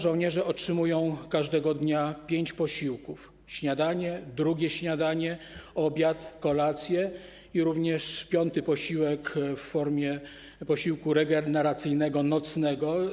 Żołnierze otrzymują każdego dnia pięć posiłków: śniadanie, drugie śniadanie, obiad, kolację, jak również piąty posiłek w formie posiłku regeneracyjnego nocnego.